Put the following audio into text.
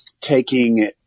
taking